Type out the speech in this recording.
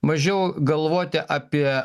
mažiau galvoti apie